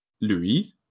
Louis